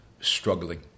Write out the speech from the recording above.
struggling